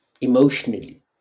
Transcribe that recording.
emotionally